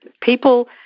people